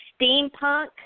Steampunk